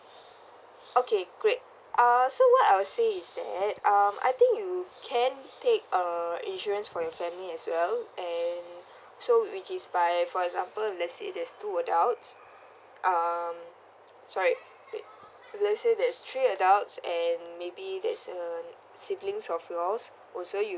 okay great uh so what I will say is that um I think you can take uh insurance for your family as well and so which is like for example let's say there is two adults um sorry wait did I said there is three adults and maybe there's an siblings of yours also you